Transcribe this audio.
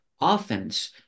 Offense